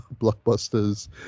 blockbusters